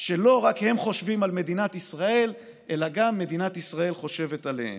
שלא רק הם חושבים על מדינת ישראל אלא גם מדינת ישראל חושבת עליהם?